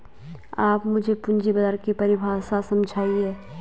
आप मुझे पूंजी बाजार की परिभाषा समझाइए